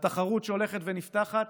לתחרות שהולכת ונפתחת,